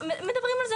הם מדברים על זה,